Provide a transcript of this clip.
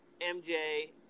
MJ